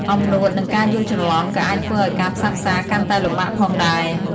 អំណួត និងការយ់ច្រឡំក៏អាចធ្វើឱ្យការផ្សះផ្សាកាន់តែលំបាកផងដែរ។